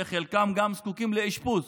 וחלקם גם זקוקים לאשפוז.